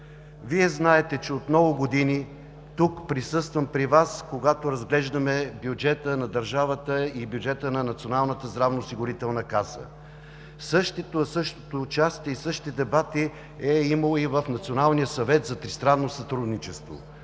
Вие знаете, че от много години присъствам тук, при Вас, когато разглеждаме бюджета на държавата и бюджета на Националната здравноосигурителна каса. Същото участие и същите дебати е имало и в Националния съвет за тристранно сътрудничество.